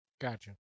Gotcha